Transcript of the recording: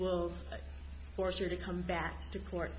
will force you to come back to court